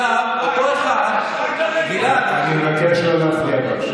אני מבקש לא להפריע.